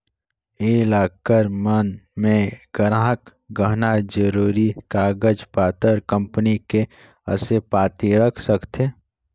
ये लॉकर मन मे गराहक गहना, जरूरी कागज पतर, कंपनी के असे पाती रख सकथें